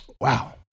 Wow